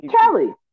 Kelly